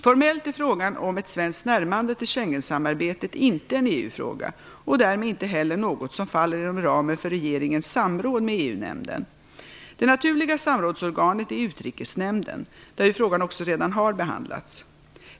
Formellt är frågan om ett svenskt närmande till Schengensamarbetet inte en EU-fråga och därmed inte heller något som faller inom ramen för regeringens samråd med EU-nämnden. Det naturliga samrådsorganet är Utrikesnämnden, där ju frågan också redan har behandlats.